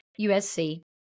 USC